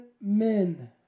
men